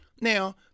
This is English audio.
Now